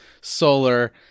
solar